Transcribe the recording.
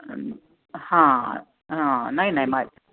हां हां नाही नाही मा